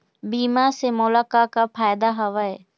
बीमा से मोला का का फायदा हवए?